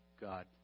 God